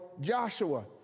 Joshua